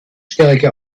stärke